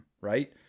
right